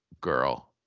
girl